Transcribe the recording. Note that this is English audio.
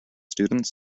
students